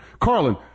Carlin